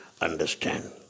Understand